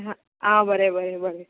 हा आं बरें बरें बरें